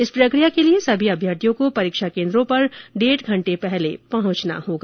इस प्रक्रिया के लिए सभी अभ्यर्थियों को परीक्षा केंद्रों पर डेढ़ घंटे पहले पहुंचना होगा